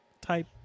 type